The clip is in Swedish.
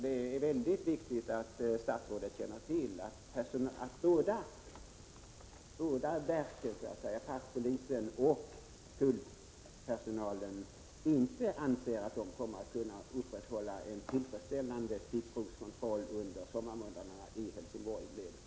Det är mycket viktigt att statsrådet känner till att både passpolisen och tullpersonalen anser att man inte kommer att kunna upprätthålla verksamheten med en tillfredsställande stickprovskontroll under sommarmånaderna i Helsingborg.